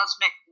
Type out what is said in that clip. Cosmic